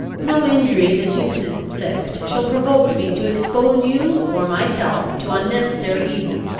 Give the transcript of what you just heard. no injury that you can inflict, shall provoke me to expose you or myself to unnecessary evil.